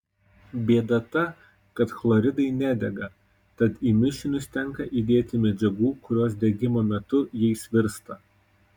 bėda ta kad chloridai nedega tad į mišinius tenka įdėti medžiagų kurios degimo metu jais virsta